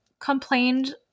complained